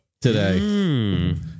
today